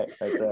right